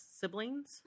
siblings